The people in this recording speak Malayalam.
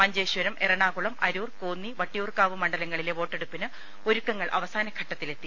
മഞ്ചേശ്വരം എറണാകുളം അരൂർ കോന്നി വട്ടി യൂർക്കാവ് മണ്ഡലങ്ങളിലെ വോട്ടെടുപ്പിന് ഒരുക്കങ്ങൾ അവസാന ഘട്ടത്തിലെത്തി